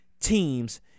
teams